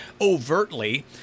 overtly